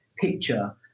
picture